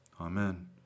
Amen